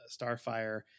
Starfire